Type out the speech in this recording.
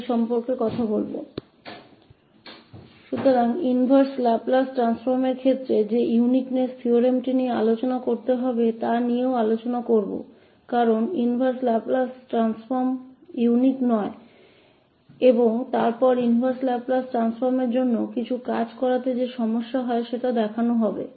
तो हम विशिष्टता प्रमेय पर भी चर्चा करेंगे जिस पर अब इनवर्स लाप्लास परिवर्तन के मामले में चर्चा की जानी चाहिए क्योंकि इनवर्स लाप्लास परिवर्तन अद्वितीय नहीं है और फिर इनवर्स लाप्लास परिवर्तन के लिए कुछ काम की समस्याओं का प्रदर्शन किया जाएगा